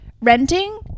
renting